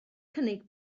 cynnig